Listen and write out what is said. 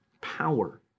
power